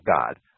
God